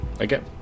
Okay